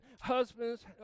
husbands